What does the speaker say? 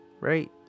right